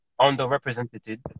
Underrepresented